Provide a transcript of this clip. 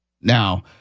Now